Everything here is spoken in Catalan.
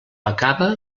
acaba